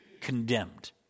condemned